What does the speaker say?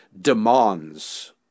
demands